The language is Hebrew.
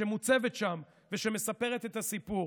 שמוצבת שם ומספרת את הסיפור